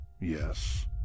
yes